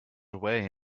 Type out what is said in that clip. away